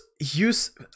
use